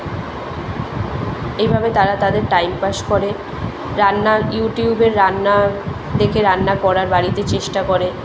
এভাবে তারা তাদের টাইম পাস করে রান্নার ইউটিউবের রান্না দেখে রান্না করার বাড়িতে চেষ্টা করে